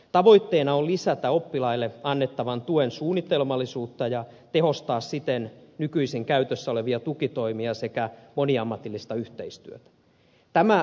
tavoitteena on lisätä oppilaille annettavan tuen suunnitelmallisuutta ja tehostaa siten nykyisin käytössä olevia tukitoimia sekä moniammatillista yhteistyötä